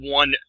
one